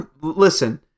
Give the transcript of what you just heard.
Listen